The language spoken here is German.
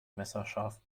messerscharf